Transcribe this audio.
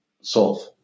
solve